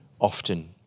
often